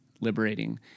liberating